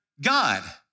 God